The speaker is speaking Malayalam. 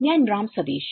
ഞാൻ രാം സതീഷ്